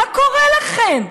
מה קורה לכם?